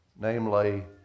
namely